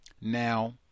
now